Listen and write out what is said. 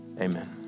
amen